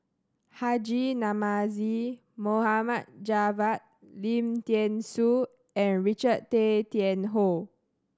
Haji Namazie Mohd Javad Lim Thean Soo and Richard Tay Tian Hoe